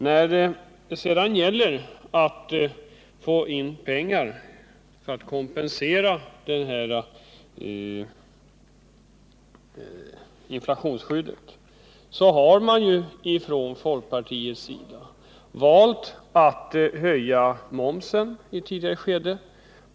När det sedan gäller att få in pengar för att kompensera kostnaderna för inflationsskyddet har man ju från folkpartiets sida i ett tidigare skede valt att höja momsen.